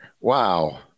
wow